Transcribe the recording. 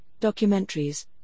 documentaries